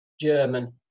German